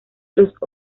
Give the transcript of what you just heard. los